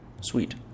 Sweet